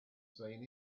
seen